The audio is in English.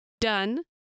done